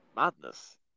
Madness